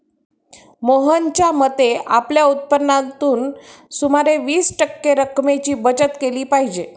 मोहनच्या मते, आपल्या उत्पन्नातून सुमारे वीस टक्के रक्कमेची बचत केली पाहिजे